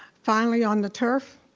finally on the turf.